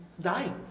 die